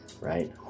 right